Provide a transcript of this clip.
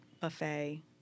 buffet